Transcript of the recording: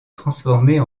transformer